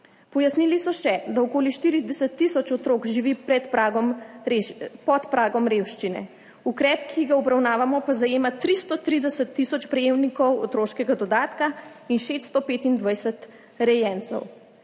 Pojasnili so še, da okoli 40 tisoč otrok živi pod pragom revščine. Ukrep, ki ga obravnavamo, pa zajema 330 tisoč prejemnikov otroškega dodatka in 625 rejencev.